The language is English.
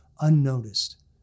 unnoticed